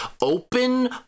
Open